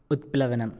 उत्प्लवनम्